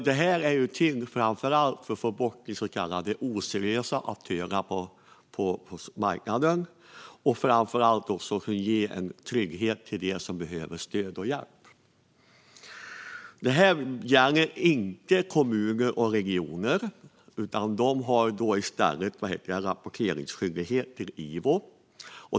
Det är till för att få bort de så kallade oseriösa aktörerna på marknaden och framför allt för att ge en trygghet till dem som behöver stöd och hjälp. Detta gäller dock inte kommuner och regioner, utan de har i stället rapporteringsskyldighet till Ivo.